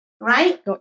right